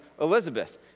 Elizabeth